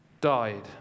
died